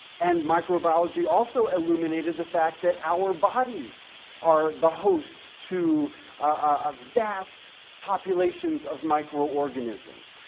and microbiology also illuminated the fact that our bodies are the host to ah vast populations of microorganisms.